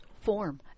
form